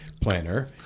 planner